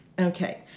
Okay